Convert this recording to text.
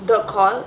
the call